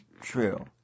true